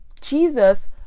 Jesus